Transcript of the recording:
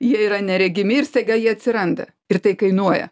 jie yra neregimi ir staiga jie atsiranda ir tai kainuoja